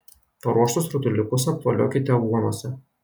paruoštus rutuliukus apvoliokite aguonose